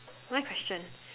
my question